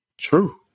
True